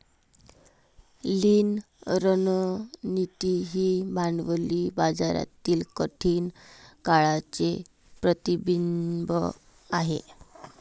लीन रणनीती ही भांडवली बाजारातील कठीण काळाचे प्रतिबिंब आहे